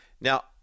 Now